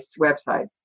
website